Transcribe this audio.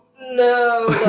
no